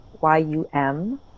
Y-U-M